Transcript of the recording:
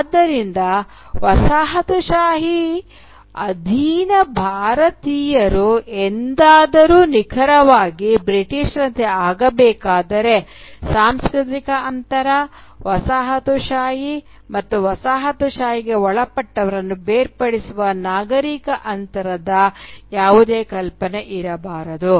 ಆದ್ದರಿಂದ ವಸಾಹತುಶಾಹಿ ಅಧೀನ ಭಾರತೀಯರು ಎಂದಾದರೂ ನಿಖರವಾಗಿ ಬ್ರಿಟಿಷರಂತೆ ಆಗಬೇಕಾದರೆ ಸಾಂಸ್ಕೃತಿಕ ಅಂತರ ವಸಾಹತುಶಾಹಿ ಮತ್ತು ವಸಾಹತುಶಾಹಿಗೆ ಒಳಪಟ್ಟವರನ್ನು ಬೇರ್ಪಡಿಸುವ ನಾಗರಿಕ ಅಂತರದ ಯಾವುದೇ ಕಲ್ಪನೆ ಇರಬಾರದು